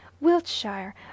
Wiltshire